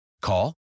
Call